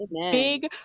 big